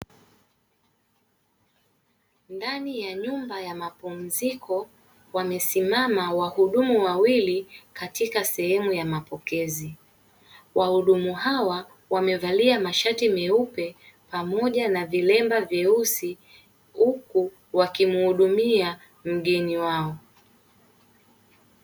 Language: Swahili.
Ndani ya mapumziko wamesimama wahudumu wawili katika sehemu ya mapokezi. Wahudumu hawa wamevalia mashati meupe pamoja na viremba vyeusi huku wakimuhudumia mgeni wao.